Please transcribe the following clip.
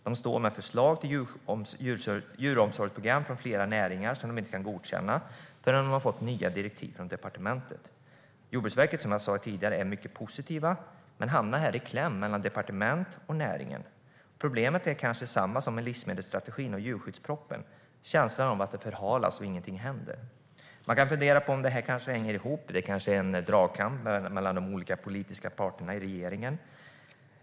Man står med förslag från flera näringar till djuromsorgsprogram som man inte kan godkänna förrän man har fått de nya direktiven från departementet. Jordbruksverket är som sagt mycket positivt men hamnar här i kläm mellan departement och näringar. Problemet är kanske detsamma som med livsmedelsstrategin och djurskyddspropositionen. Man får känslan att det förhalas och ingenting händer. Man kan fundera på om det här hänger ihop - det kanske är en dragkamp mellan de olika politiska parterna i regeringen.